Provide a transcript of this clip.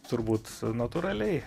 turbūt natūraliai